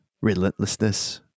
relentlessness